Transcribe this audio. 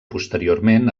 posteriorment